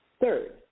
Third